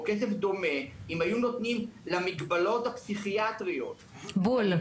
או כסף דומה אם היו נותנים למגבלות הפסיכיאטריות --- בול,